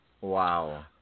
Wow